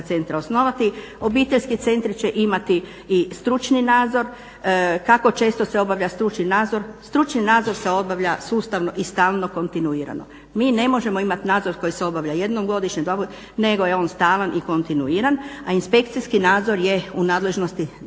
centra osnovati. Obiteljski centri će imati i stručni nadzor kako često se obavlja stručni nadzor, stručni nadzor se obavlja sustavno i stalno koordinirano. Mi ne možemo imati nadzor koji se obavlja jednom godišnje nego je on stalan i kontinuiran, a inspekcijski nadzor je u nadležnosti